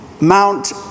Mount